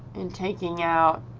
and taking out